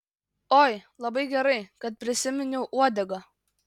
oi labai gerai kad prisiminiau uodegą